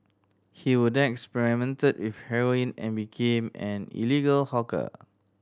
he will then experimented with heroin and became an illegal hawker